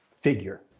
figure